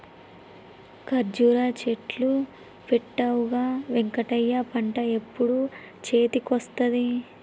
కర్జురా చెట్లు పెట్టవుగా వెంకటయ్య పంట ఎప్పుడు చేతికొస్తది